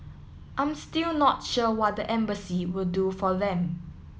I'm still not sure what the embassy will do for them